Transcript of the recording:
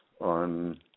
on